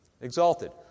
Exalted